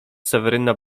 seweryna